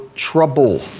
Trouble